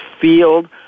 field